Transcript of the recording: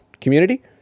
Community